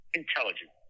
intelligent